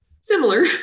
similar